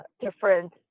different